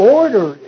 order